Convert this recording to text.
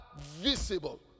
visible